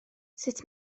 sut